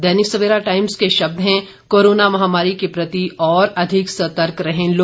दैनिक Savera Times के शब्द हैं कोरोना महामारी के प्रति और अधिक सतर्क रहें लोग